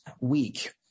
week